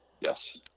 Yes